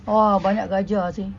orh banyak gajah seh